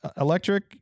electric